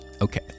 Okay